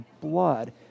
blood